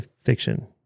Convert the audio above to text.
fiction